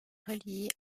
relié